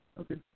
Okay